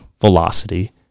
velocity